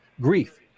grief